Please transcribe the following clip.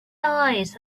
eyes